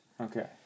Okay